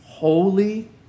Holy